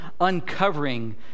uncovering